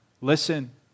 Listen